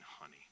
honey